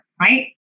right